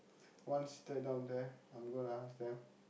once they down there I'm going to ask them